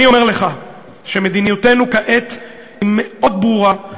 אני אומר לך שמדיניותנו כעת היא מאוד ברורה,